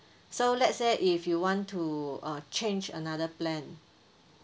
so let's say if you want to uh change another plan